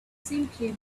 simply